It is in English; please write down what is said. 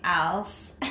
else